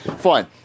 Fine